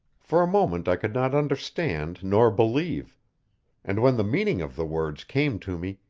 for a moment i could not understand nor believe and when the meaning of the words came to me,